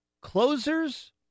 Closers